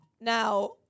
Now